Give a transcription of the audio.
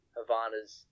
Havana's